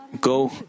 go